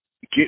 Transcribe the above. get